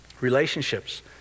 Relationships